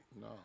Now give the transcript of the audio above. No